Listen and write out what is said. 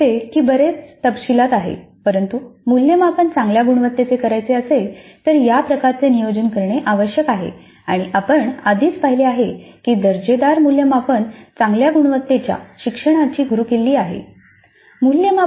हे असे दिसते की हे बरेच तपशीलात आहे परंतु मूल्यमापन चांगल्या गुणवत्तेचे करायचे असेल तर या प्रकारचे नियोजन करणे आवश्यक आहे आणि आपण आधीच पाहिले आहे की दर्जेदार मूल्यमापन चांगल्या गुणवत्तेच्या शिक्षणाची गुरुकिल्ली आहे